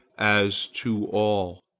as to all.